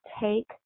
take